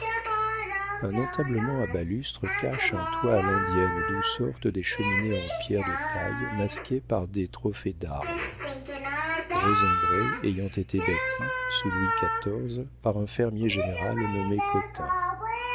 un entablement à balustres cache un toit à l'italienne d'où sortent des cheminées de pierres de taille masquées par des trophées d'armes rosembray ayant été bâti sous louis xiv par un fermier général nommé